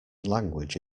language